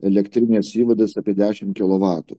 elektrinės įvadas apie dešim kilovatų